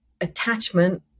attachment